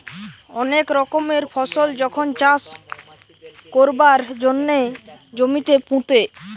অনেক রকমের ফসল যখন চাষ কোরবার জন্যে জমিতে পুঁতে